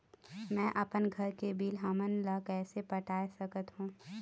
मैं अपन घर के बिल हमन ला कैसे पटाए सकत हो?